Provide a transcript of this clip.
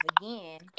again